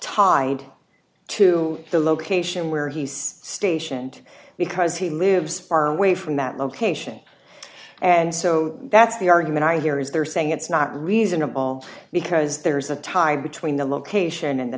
tied to the location where he's stationed because he lives far away from that location and so that's the argument i hear is they're saying it's not reasonable because there's a tie between the location and the